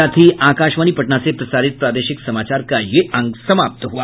इसके साथ ही आकाशवाणी पटना से प्रसारित प्रादेशिक समाचार का ये अंक समाप्त हुआ